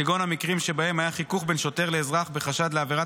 כגון המקרים שבהם היה חיכוך בין שוטר לאזרח בחשד לעבירת